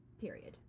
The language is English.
Period